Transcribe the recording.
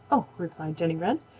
oh, replied jenny wren,